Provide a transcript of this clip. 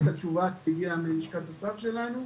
את התשובה שהגיעה מלשכת השר שלנו?